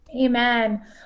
Amen